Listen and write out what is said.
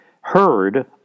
heard